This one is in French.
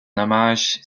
hommage